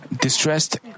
distressed